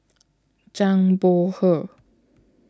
Zhang Bohe